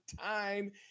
time